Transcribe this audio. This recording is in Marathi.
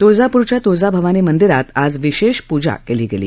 तुळजाप्रच्या तुळजा भवानी मंदिरात आज विशेष पूजा केली गेली